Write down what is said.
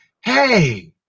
hey